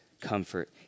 comfort